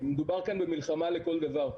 מדובר כאן במלחמה לכל דבר,